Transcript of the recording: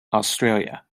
australia